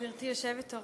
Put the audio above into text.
תודה, גברתי היושבת-ראש.